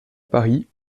paris